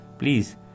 Please